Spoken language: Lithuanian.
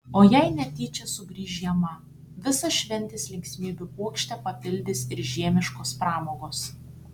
o jei netyčia sugrįš žiema visą šventės linksmybių puokštę papildys ir žiemiškos pramogos